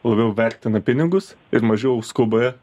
labiau vertina pinigus ir mažiau skuba